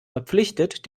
verpflichtet